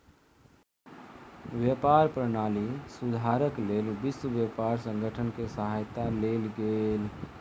व्यापार प्रणाली सुधारक लेल विश्व व्यापार संगठन के सहायता लेल गेल